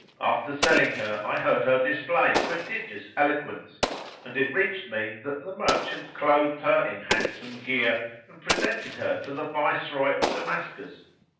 after selling her i heard her display prodigious eloquence and it reached me that the merchant clothed her in handsome gear and presented her to the viceroy of damascus,